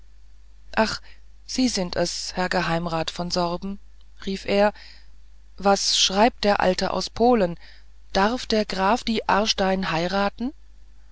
ach sind sie es herr geheimrat von sorben rief er was schreibt der alte aus polen darf der graf die aarstein heiraten